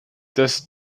dass